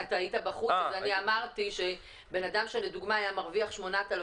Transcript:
אתה היית בחוץ ואמרתי שאדם שלדוגמה היה מרוויח 8,000